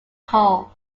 call